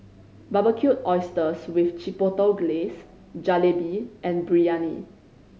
Barbecued Oysters with Chipotle Glaze Jalebi and Biryani